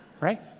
Right